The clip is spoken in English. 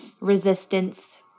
resistance